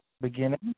beginning